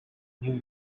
new